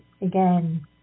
again